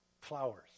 flowers